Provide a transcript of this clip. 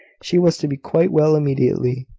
she was to be quite well immediately.